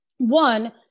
One